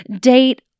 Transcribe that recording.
date